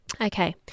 Okay